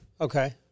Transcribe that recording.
Okay